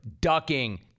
ducking